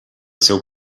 seu